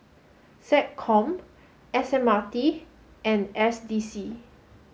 SecCom S M R T and S D C